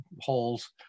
holes